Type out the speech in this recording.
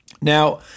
Now